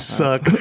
suck